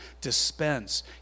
dispense